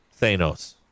Thanos